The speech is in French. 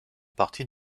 partie